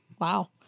Wow